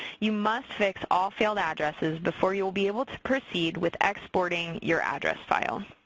you must fix all failed addresses before you will be able to proceed with exporting your address file.